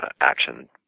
action